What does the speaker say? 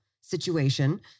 situation